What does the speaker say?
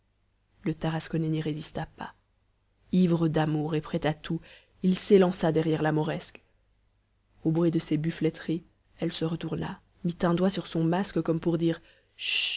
le tarasconnais n'y résista pas ivre d'amour et prêt à tout il s'élança derrière la mauresque au bruit de ses buffleteries elle se retourna mit un doigt sur son masque comme pour dire